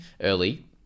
early